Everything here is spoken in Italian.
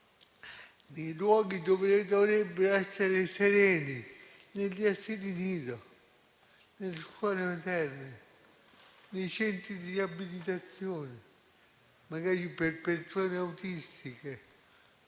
nei luoghi dove dovrebbero essere sereni, negli asili nido, nelle scuole materne, nei centri di riabilitazione, magari per persone autistiche,